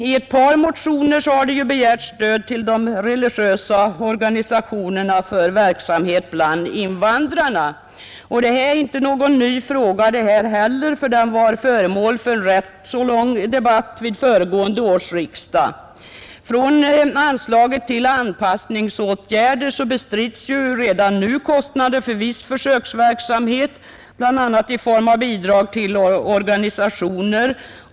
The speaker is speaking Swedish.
I ett par motioner har begärts stöd till de religiösa organisationerna för verksamhet bland invandrarna. Inte heller detta är någon ny fråga; den var föremål för en rätt lång debatt vid föregående års riksdag. Från anslaget till anpassningsåtgärder bestrids redan nu kostnader för viss försöksverksamhet bl.a. i form av bidrag till organisationer.